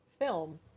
film